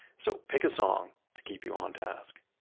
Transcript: so pick a song to keep you on task